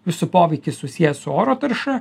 visų poveikis susijęs su oro tarša